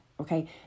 okay